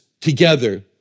together